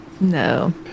No